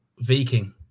Viking